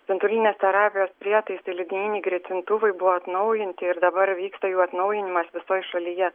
spindulinės terapijos prietaisai linijiniai greitintuvai buvo atnaujinti ir dabar vyksta jų atnaujinimas visoj šalyje